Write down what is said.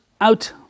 out